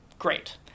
Great